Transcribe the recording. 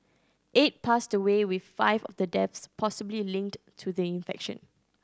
eight passed away with five of the deaths possibly linked to the infection